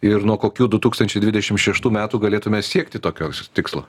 ir nuo kokių du tūkstančiai dvidešim šeštų metų galėtume siekti tokio tikslo